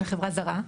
של חברה זרה,